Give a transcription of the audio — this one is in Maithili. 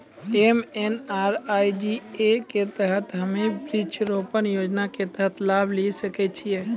एम.एन.आर.ई.जी.ए के तहत हम्मय वृक्ष रोपण योजना के तहत लाभ लिये सकय छियै?